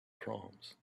proms